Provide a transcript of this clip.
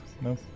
No